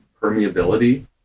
permeability